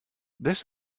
this